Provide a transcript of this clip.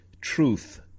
truth